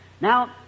Now